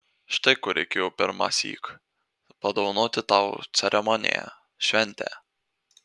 štai ko reikėjo pirmąsyk padovanoti tau ceremoniją šventę